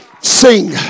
sing